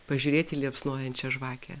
pažiūrėti į liepsnojančią žvakę